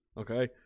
okay